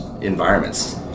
environments